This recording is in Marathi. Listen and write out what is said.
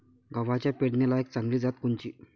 गव्हाची पेरनीलायक चांगली जात कोनची?